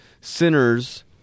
sinners